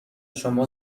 شما